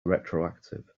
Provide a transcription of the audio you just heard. retroactive